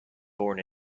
born